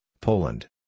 Poland